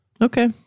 okay